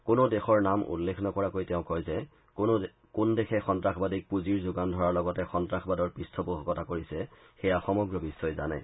কোনো দেশৰ নাম উল্লেখ নকৰাকৈ তেওঁ কয় যে কোন দেশে সন্তাসবাদীক পুঁজিৰ যোগান ধৰাৰ লগতে সন্তাসবাদৰ পৃষ্ঠ পোষকতা কৰে সেয়া সমগ্ৰ বিশ্বই জানে